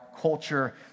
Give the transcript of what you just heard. culture